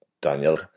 Daniel